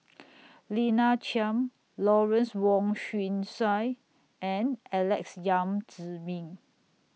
Lina Chiam Lawrence Wong Shyun Tsai and Alex Yam Ziming